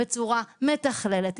בצורה מתכללת,